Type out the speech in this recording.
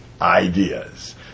ideas